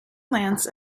lance